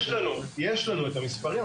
יש לנו, יש לנו את המספרים.